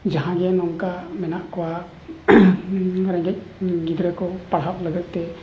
ᱡᱟᱦᱟᱸᱜᱮ ᱱᱚᱝᱠᱟ ᱢᱮᱱᱟᱜ ᱠᱚᱣᱟ ᱨᱮᱸᱜᱮᱡ ᱜᱤᱫᱽᱨᱟᱹ ᱠᱚ ᱯᱟᱲᱦᱟᱜ ᱞᱟᱹᱜᱤᱫ ᱛᱮ